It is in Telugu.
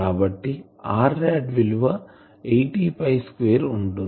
కాబట్టి Rrad విలువ 80 స్క్వేర్ ఉంటుంది